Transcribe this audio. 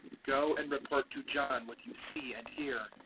go and report to john what you see and hear,